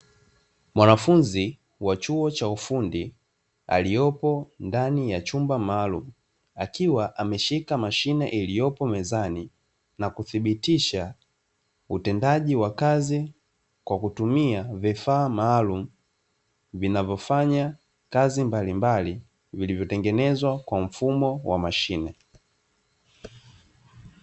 Mwanafunzi wa chuo cha ufundi aliyopo ndani ya chumba maalum, akiwa ameshika mashine iliyopo mezani na kuthibitisha utendaji wa kazi kwa kutumia vifaa maalumu vinavyofanya kazi mbalimbali, vilivyotengenezwa kwa mfumo wa mashine.